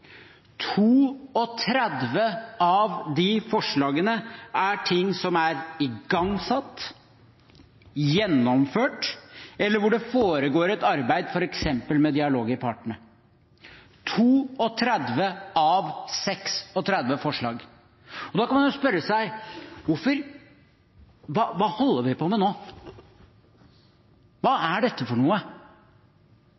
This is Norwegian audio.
av de forslagene er om ting som er igangsatt, som er gjennomført, eller hvor det foregår et arbeid f.eks. gjennom dialog med partene – 32 av 36 forslag! Da kan man spørre seg: Hva holder vi på med nå? Hva